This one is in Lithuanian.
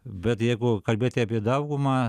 bet jeigu kalbėti apie daugumą